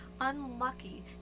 unlucky